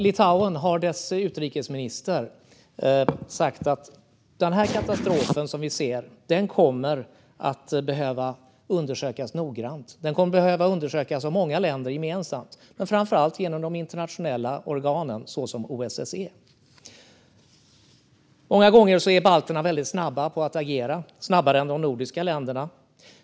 Litauens utrikesminister har sagt att den här katastrofen som vi ser kommer att behöva undersökas noggrant av många längder gemensamt men framför allt genom de internationella organen, såsom OSSE. Många gånger är balterna väldigt snabba på att agera - snabbare än de nordiska länderna.